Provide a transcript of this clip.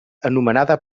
anomenada